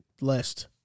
list